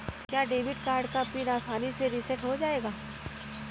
क्या debit card का PIN आसानी से रीसेट हो जाएगा?